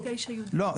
לא,